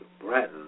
Bratton